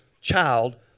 Child